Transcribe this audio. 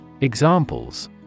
Examples